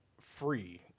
free